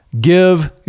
Give